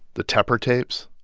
the tepper tapes?